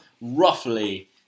roughly